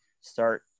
start